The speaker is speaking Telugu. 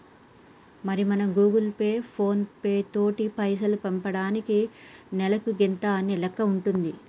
మరి మనం గూగుల్ పే ఫోన్ పేలతోటి పైసలు పంపటానికి నెలకు గింత అనే లెక్క ఉంటుంది